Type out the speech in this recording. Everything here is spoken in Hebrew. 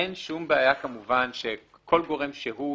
אין כמובן שום בעיה שכל גורם שהוא,